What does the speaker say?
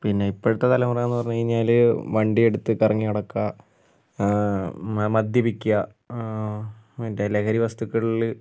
പിന്നെ ഇപ്പോഴത്തെ തലമുറ എന്ന് പറഞ്ഞു കഴിഞ്ഞാല് വണ്ടിയെടുത്ത് കറങ്ങി നടക്കുക മദ്യപിക്കുക മറ്റേ ലഹരിവസ്തുക്കളിൽ